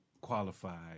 qualified